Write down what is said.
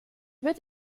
wird